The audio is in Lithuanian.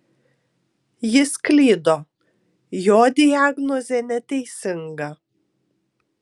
jis klydo jo diagnozė neteisinga